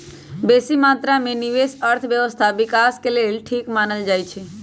बेशी मत्रा में निवेश अर्थव्यवस्था विकास के लेल ठीक मानल जाइ छइ